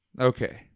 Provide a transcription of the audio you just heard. okay